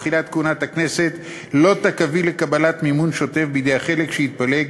תחילת כהונת הכנסת לא תביא לקבלת מימון שוטף בידי החלק שהתפלג,